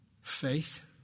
faith